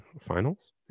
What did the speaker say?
Finals